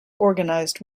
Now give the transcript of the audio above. organised